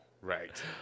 Right